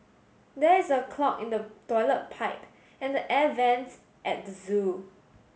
there is a clog in the toilet pipe and the air vents at the zoo